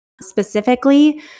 Specifically